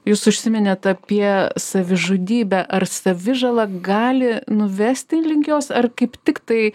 jūs užsiminėt apie savižudybę ar savižala gali nuvesti link jos ar kaip tiktai